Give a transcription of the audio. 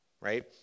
right